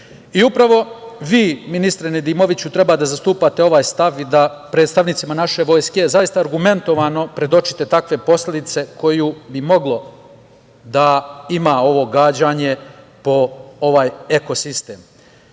Upravo vi, ministre Nedimoviću, treba da zastupate ovaj stav i da predstavnicima naše vojske zaista argumentovano predočite takve posledice koje bi moglo da ima ovo gađanje po ovaj eko-sistem. Ja